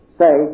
say